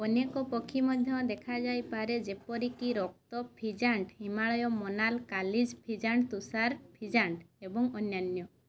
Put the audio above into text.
ଅନେକ ପକ୍ଷୀ ମଧ୍ୟ ଦେଖା ଯାଇପାରେ ଯେପରି କି ରକ୍ତ ଫିଜାଣ୍ଟ୍ ହିମାଳୟ ମୋନାଲ କାଲିଜ ଫିଜାଣ୍ଟ୍ ତୁଷାର ଫିଜାଣ୍ଟ୍ ଏବଂ ଅନ୍ୟାନ୍ୟ